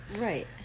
right